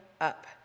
up